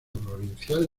provincial